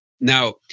Now